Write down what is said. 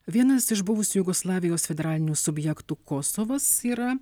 vienas iš buvusių jugoslavijos federalinių subjektų kosovas yra